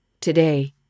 Today